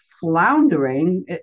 floundering